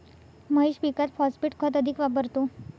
महेश पीकात फॉस्फेट खत अधिक वापरतो